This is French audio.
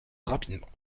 rapidement